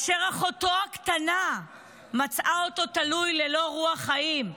אחותו הקטנה מצאה אותו תלוי ללא רוח חיים.